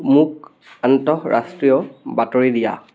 মোক আন্তঃৰাষ্ট্ৰীয় বাতৰি দিয়া